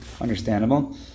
Understandable